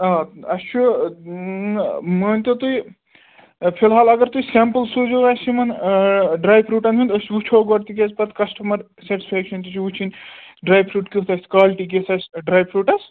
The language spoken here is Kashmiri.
آ اَسہِ چھِ مٲنۍ تَو تُہۍ فِلحال اَگر تُہۍ سٮ۪مپُل سوٗزیو اَسہِ یِمَن ڈرٛاے فروٗٹَن ہُنٛد أسۍ وُچھَو گۄڈٕ تِکیٛازِ پتہٕ کَسٹَمَر سٮ۪ٹَسفیٚکشَن تہِ چھِ وُچھٕنۍ ڈرٛاے فروٗٹ کیُتھ آسہِ کالٹی کِژھ آسہِ ڈرٛاے فروٗٹَس